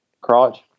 crotch